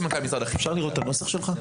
אפשר לראות את הנוסח שלך?